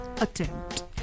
attempt